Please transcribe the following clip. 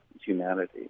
humanity